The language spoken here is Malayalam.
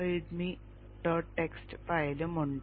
txt ഫയലും ഉണ്ട്